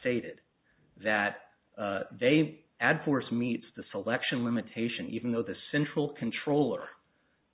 stated that they add force meets the selection limitation even though the central controller